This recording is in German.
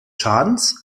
schadens